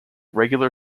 regular